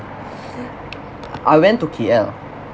I went to K_L